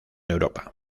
europa